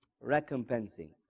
recompensing